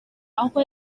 aho